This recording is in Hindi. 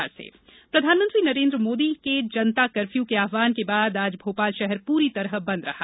भोपाल कोरोना प्रधानमंत्री नरेन्द्र मोदी के जनता कर्फ्यू के आहवान के बाद आज भोपाल शहर पूरी तरह बंद रहा